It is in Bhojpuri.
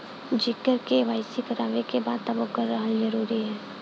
जेकर के.वाइ.सी करवाएं के बा तब ओकर रहल जरूरी हे?